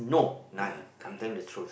ya correct